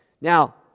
Now